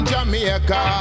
Jamaica